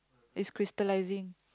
it's crystallising